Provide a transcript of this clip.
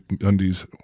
undies